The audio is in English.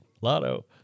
lotto